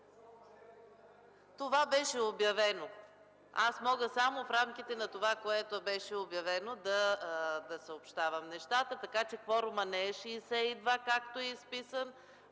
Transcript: Това беше обявено. Аз мога само в рамките на това, което беше обявено, да съобщавам нещата, така че кворумът не е 62, както е изписан,